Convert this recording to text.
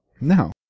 No